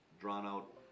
drawn-out